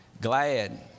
glad